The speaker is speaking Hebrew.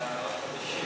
תנאים קשים,